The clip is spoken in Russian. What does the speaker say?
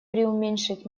приуменьшить